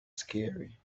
scary